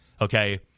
Okay